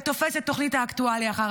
אתה תופס את תוכנית האקטואליה אחר